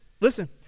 Listen